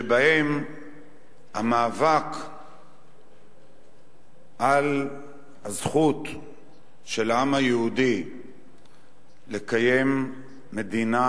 שבהן המאבק על הזכות של העם היהודי לקיים מדינה